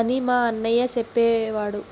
అని మా అయ్య సెప్పేవోడు